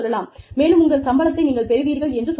மேலும் உங்கள் சம்பளத்தை நீங்கள் பெறுவீர்கள் என்று சொல்லலாம்